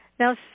Now